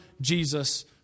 Jesus